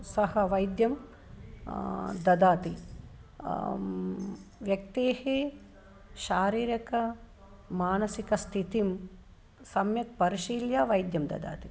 सः वैद्यं ददाति व्यक्तेः शारीरिकं मानसिकं स्थितिं सम्यक् परिशील्य वैद्यं ददाति